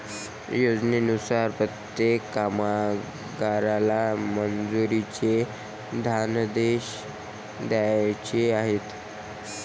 योजनेनुसार प्रत्येक कामगाराला मजुरीचे धनादेश द्यायचे आहेत